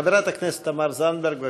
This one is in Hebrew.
חברת הכנסת תמר זנדברג,